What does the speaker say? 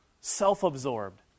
self-absorbed